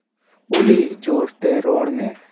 ᱚᱞᱤ ᱡᱳᱨ ᱛᱮ ᱨᱚᱲ ᱢᱮ